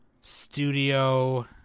Studio